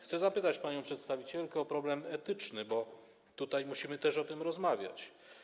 Chcę zapytać panią przedstawicielkę o problem etyczny, bo musimy też o tym rozmawiać.